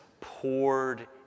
poured